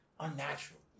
unnatural